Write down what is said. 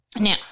Now